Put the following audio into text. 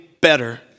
better